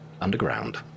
underground